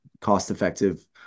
cost-effective